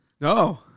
No